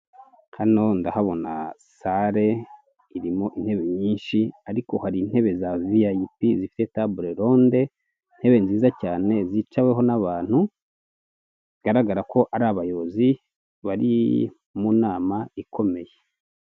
Hano ndahabona salle, irimo intebe nyinshi ariko hari intebe za VIP zifite table ronde, intebe nziza cyane zicaweho n'abantu bigaragara ko ari abayobozi bari mu nama ikomeye.